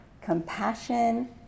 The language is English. compassion